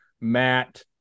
Matt